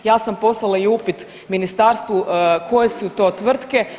Ja sam poslala i upit ministarstvu koje su to tvrtke.